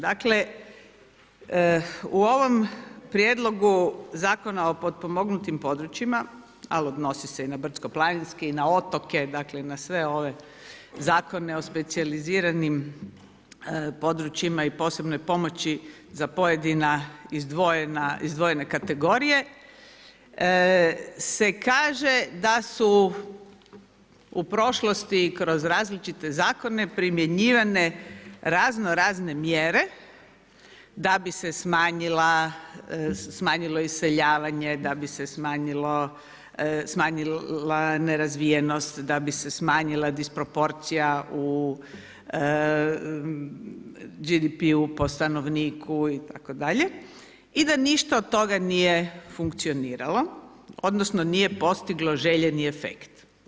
Dakle, u ovom prijedlogu Zakona o potpomognutim područjima, a odnosi se i na brdsko-planinski i na otoke, dakle na sve ove zakone o specijaliziranim područjima i posebnoj pomoći za pojedina izdvojene kategorije se kaže da su u prošlosti kroz različite zakone primjenjivane razno-razne mjere da bi se smanjilo iseljavanje, da bi se smanjila nerazvijenost, da bi se smanjila disproporcija u GDP-u po stanovniku itd. i da ništa od toga nije funkcioniralo, odnosno nije postiglo željeni efekt.